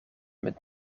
met